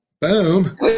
Boom